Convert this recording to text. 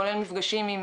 כולל מפגשים עם